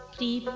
the